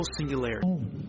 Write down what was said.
singularity